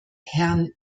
herrn